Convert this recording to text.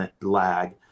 lag